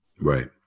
right